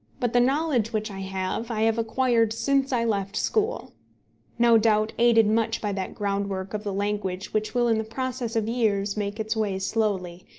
but the knowledge which i have, i have acquired since i left school no doubt aided much by that groundwork of the language which will in the process of years make its way slowly,